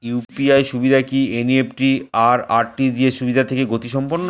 UPI সুবিধা কি NEFT আর আর.টি.জি.এস সুবিধা থেকে বেশি গতিসম্পন্ন?